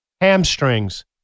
Hamstrings